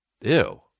Ew